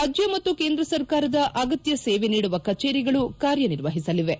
ರಾಜ್ಯ ಮತ್ತು ಕೇಂದ್ರ ಸರ್ಕಾರದ ಅಗತ್ಯ ಸೇವೆ ನೀಡುವ ಕಜೇರಿಗಳು ಕಾರ್ಯನಿರ್ವಹಿಸಲಿವೆ